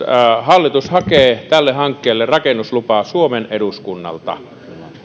hallitus hakee tälle hankkeelle rakennuslupaa suomen eduskunnalta